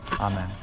Amen